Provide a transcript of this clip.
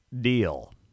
deal